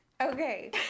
Okay